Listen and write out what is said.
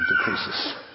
decreases